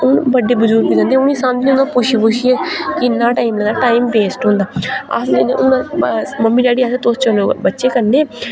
हून बड्डे बुजुर्ग जंदे उ'नेंगी समझ नी औंदा ओह् पुच्छी पुच्छियै किन्ना टाइम मतलब टाइम वेस्ट होंदा अस जन्ने अस्स हून मम्मी डैढी आखदे तुस चलो बच्चें कन्नै